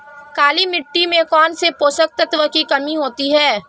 काली मिट्टी में कौनसे पोषक तत्वों की कमी होती है?